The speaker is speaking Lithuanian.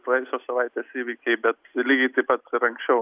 praėjusios savaitės įvykiai bet lygiai taip pat ir anksčiau